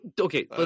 okay